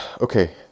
Okay